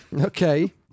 Okay